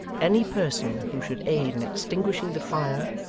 any person who should aid in extinguishing the fire,